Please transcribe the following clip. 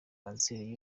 kanseri